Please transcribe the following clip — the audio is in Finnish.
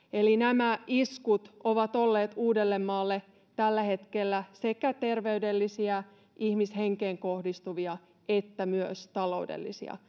eli nämä iskut ovat olleet uudellemaalle tällä hetkellä sekä terveydellisiä ihmishenkeen kohdistuvia että myös taloudellisia